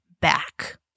back